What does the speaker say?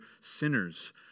sinners